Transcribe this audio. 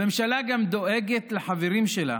הממשלה גם דואגת לחברים שלה: